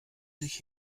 sich